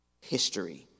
history